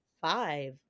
five